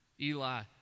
Eli